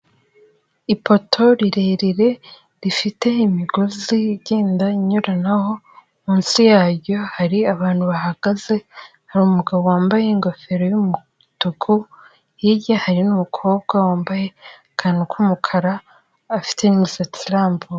Ipoto rirerire rifite imigozi igenda inyuranaho munsi yaryo hari abantu bahahagaze, hari umugabo wambaye ingofero y'umutuku, hirya hari n'umukobwa wambaye akantu k'umukara afite n'imisatsi irambuye.